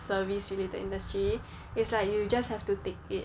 service related industry is like you just have to take it